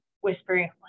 whispering